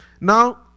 Now